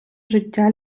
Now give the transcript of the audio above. життя